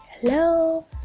Hello